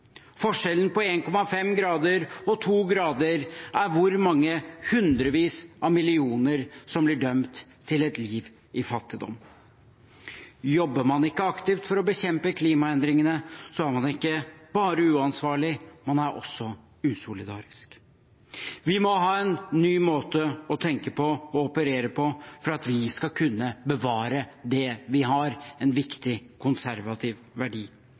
Forskjellen på 1,5 grader og 2 grader er hvor mange hundrevis av millioner som blir dømt til et liv i fattigdom. Jobber man ikke aktivt for å bekjempe klimaendringene, er man ikke bare uansvarlig, man er også usolidarisk. Vi må ha en ny måte å tenke på og operere på for at vi skal kunne bevare det vi har. Det er en viktig konservativ verdi.